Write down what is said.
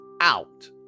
out